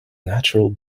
natural